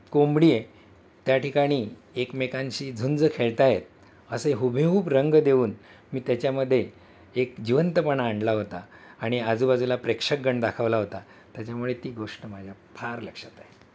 कोंबडी त्या ठिकाणी एकमेकांशी झुंज खेळत आहेत असे हुबेहूब रंग देऊन मी त्याच्यामध्ये एक जिवंतपणा आणला होता आणि आजूबाजूला प्रेक्षकगण दाखवला होता त्याच्यामुळे ती गोष्ट माझ्या फार लक्षात आहे